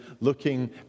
looking